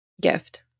gift